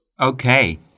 Okay